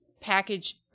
package